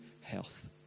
health